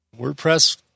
WordPress